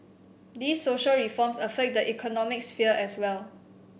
these social reforms affect the economic sphere as well